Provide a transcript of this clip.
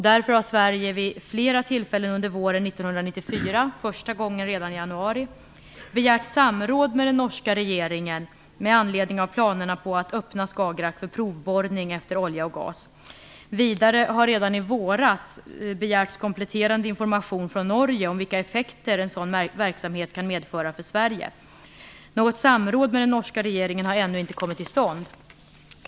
Därför har Sverige vid flera tillfällen under våren 1994, första gången redan i januari, begärt samråd med den norska regeringen med anledning av planerna på att öppna Skagerrak för provborrning efter olja och gas. Vidare har det redan i våras begärts kompletterande information från Norge om vilka effekter en sådan verksamhet kan medföra för Sverige. Något samråd med den norska regeringen har ännu inte kommit till stånd.